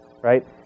right